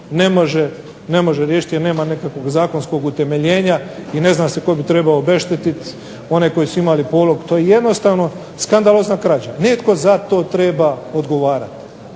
ne može riješiti jer nema nekog zakonskog utemeljenja i ne zna se tko bi trebao obeštetit one koji su imali polog. To je jednostavno skandalozna krađa. Netko za to treba odgovarati.